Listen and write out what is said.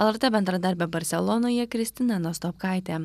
lrt bendradarbė barselonoje kristina nastopkaitė